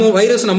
virus